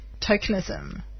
tokenism